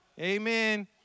Amen